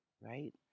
right